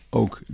ook